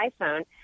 iPhone